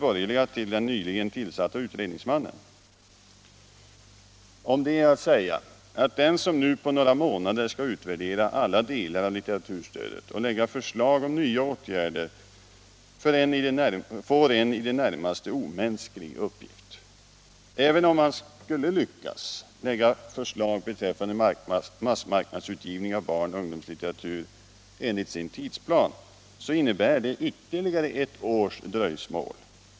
Om detta är att säga att den som nu på några månader skall utvärdera alla delar av litteraturstödet och lägga förslag om nya åtgärder får en i det närmaste omänsklig uppgift. Även om han skulle lyckas lägga förslag beträffande massmarknadsutgivning av barnoch ungdomslitteratur enligt sin tidsplan så innebär det ytterligare ett års dröjsmål.